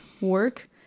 work